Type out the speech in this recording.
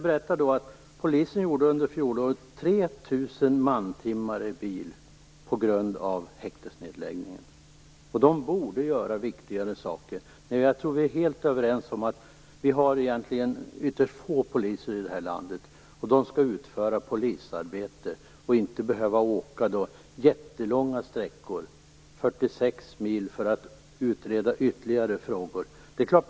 Under fjolåret gjorde poliserna 3 000 mantimmar i bil på grund av häktesnedläggningen. De borde göra viktigare saker. Jag tror att vi är helt överens om att vi egentligen har ytterst få poliser i det här landet, och att de skall utföra polisarbete och inte behöva åka jättelånga sträckor på kanske 46 mil för att utreda frågor ytterligare.